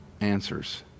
answers